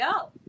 go